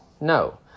No